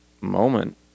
moment